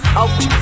out